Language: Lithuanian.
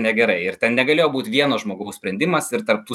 negerai ir ten negalėjo būt vieno žmogaus sprendimas ir tarp tų